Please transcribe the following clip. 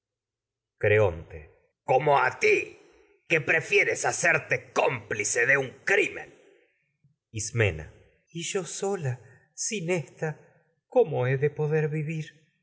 les altera ti que como prefieres hacerte cómpli de un crimen ismena y yo sola sin ésta cómo he de poder vivir